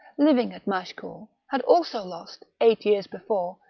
living at mache coul, had also lost, eight years before,